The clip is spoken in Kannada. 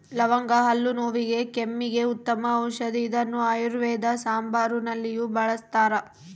ಲವಂಗ ಹಲ್ಲು ನೋವಿಗೆ ಕೆಮ್ಮಿಗೆ ಉತ್ತಮ ಔಷದಿ ಇದನ್ನು ಆಯುರ್ವೇದ ಸಾಂಬಾರುನಲ್ಲಿಯೂ ಬಳಸ್ತಾರ